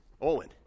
owen